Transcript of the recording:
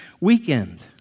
weekend